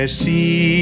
see